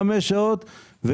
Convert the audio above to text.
חמש שעות,